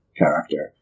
character